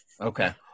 okay